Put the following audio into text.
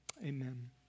Amen